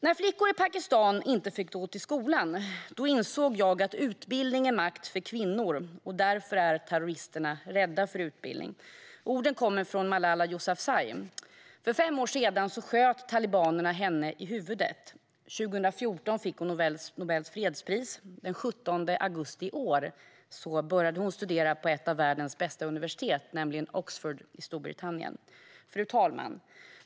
När flickor i Pakistan inte fick gå till skolan insåg jag att utbildning är makt för kvinnor och att det är därför terroristerna är rädda för utbildning. Orden kommer från Malala Yousafzai. För fem år sedan sköt talibanerna henne i huvudet. År 2014 fick hon Nobels fredspris. Den 17 augusti i år började hon studera på ett av världens bästa universitet i Oxford i Storbritannien. Fru talman!